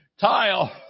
tile